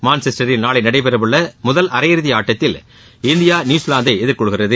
மான்செஸ்டரில் நாளை நடைபெறவுள்ள முதல் அரையிறுதி ஆட்டத்தில் இந்தியா நியூசிலாந்தை எதிர்கொள்கிறது